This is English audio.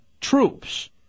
troops